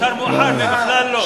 אפשר מאוחר מבכלל לא.